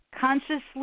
consciously